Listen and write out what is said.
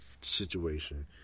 situation